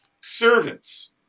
servants